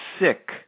sick